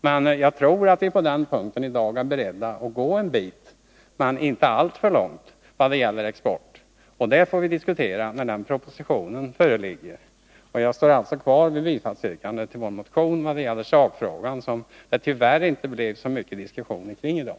Men jag tror att vi i dag när det gäller export är beredda att gå en bit — men inte alltför långt. Det får vi diskutera när propositionen föreligger. Jag står fast vid yrkandet om bifall till vår motion när det gäller sakfrågan, som det tyvärr inte blev så mycket diskussion kring i dag.